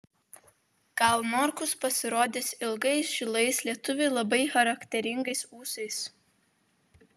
gal norkus pasirodys ilgais žilais lietuviui labai charakteringais ūsais